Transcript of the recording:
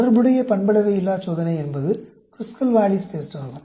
தொடர்புடைய பண்பளவையில்லாச் சோதனை என்பது க்ருஸ்கல் வாலிஸ் டெஸ்ட் ஆகும்